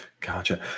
Gotcha